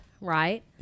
right